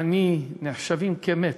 העני: נחשב כמת.